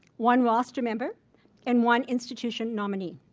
one roster member and one institution nominee.